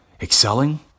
Excelling